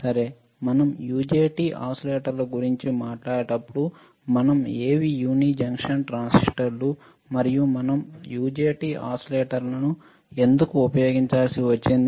సరే మనం యుజెటి ఓసిలేటర్ల గురించి మాట్లాడేటప్పుడు మనం ఏవి యూని జంక్షన్ ట్రాన్సిస్టర్లు మరియు మనం యుజెటి ఓసిలేటర్లను ఎందుకు ఉపయోగించాల్సి వచ్చింది